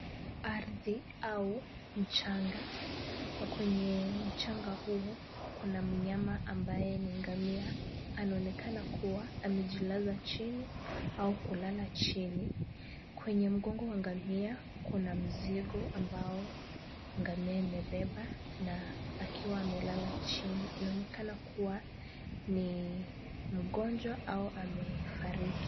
Ardhi au mchanga, kwenye mchanga huo kuna mnyama ambaye ni ngamia, anaonekana kuwa amejilaza chini au kulala chini. kwenye mgongo wa ngamia kuna mzigo ambao ngamia imebeba na akiwa amelala chini, inaonekana kuwa ni mgonjwa au amefariki.